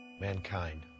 Mankind